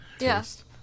Yes